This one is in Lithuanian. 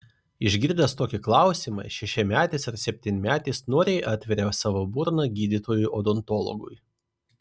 išgirdęs tokį klausimą šešiametis ar septynmetis noriai atveria savo burną gydytojui odontologui